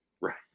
Right